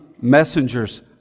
messengers